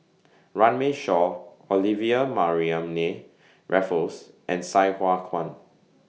Runme Shaw Olivia Mariamne Raffles and Sai Hua Kuan